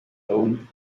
own